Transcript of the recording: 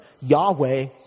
Yahweh